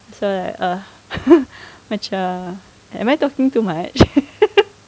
so like uh macam am I talking too much